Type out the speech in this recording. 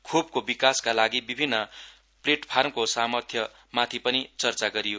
खोपको विकासका लागि विभिन्न प्लेटफार्मको सामर्थ्यमाथि पनि चर्चा गरियो